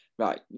Right